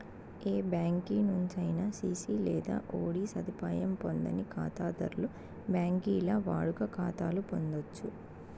ఏ బ్యాంకి నుంచైనా సిసి లేదా ఓడీ సదుపాయం పొందని కాతాధర్లు బాంకీల్ల వాడుక కాతాలు పొందచ్చు